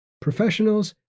professionals